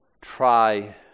try